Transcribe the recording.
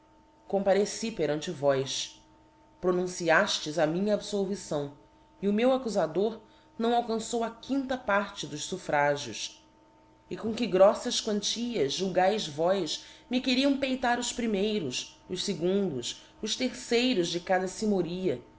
compareci perante vós pronunciaftes a minha abfolvição e o meu accufador nâo alcançou a quinta parte dos fuffragios e com que groffas quantias julgaes vós me queriam peitar os primeiros os fegundos os terceiros de cada